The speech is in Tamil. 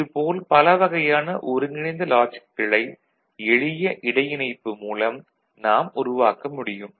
இது போல் பல வகையான ஒருங்கிணைந்த லாஜிக்குகளை எளிய இடையிணைப்பு மூலம் நாம் உருவாக்க முடியும்